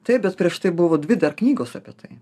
taip bet prieš tai buvo dvi dar knygos apie tai